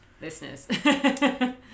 listeners